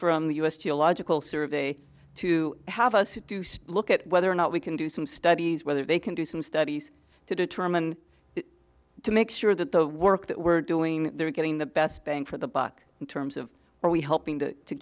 from the u s geological survey to have us do look at whether or not we can do some studies where they can do some studies to determine the to make sure that the work that we're doing they're getting the best bang for the buck in terms of are we helping to